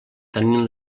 tenint